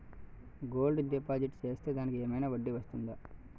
Gold deposit చేస్తే దానికి ఏమైనా వడ్డీ వస్తుందా?